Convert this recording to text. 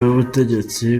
w’ubutegetsi